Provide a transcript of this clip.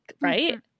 right